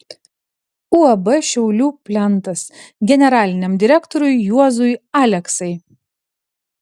uab šiaulių plentas generaliniam direktoriui juozui aleksai